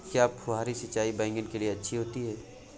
क्या फुहारी सिंचाई बैगन के लिए अच्छी होती है?